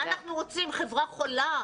מה אנחנו רוצים, חברה חולה?